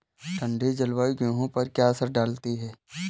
ठंडी जलवायु गेहूँ पर क्या असर डालती है?